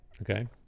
okay